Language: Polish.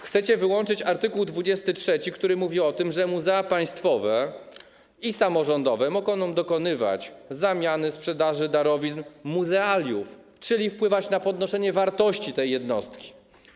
Chcecie wyłączyć art. 23, który mówi o tym, że muzea państwowe i samorządowe mogą dokonywać zamiany, sprzedaży, darowizn muzealiów, czyli wpływać na podnoszenie wartości tej jednostki.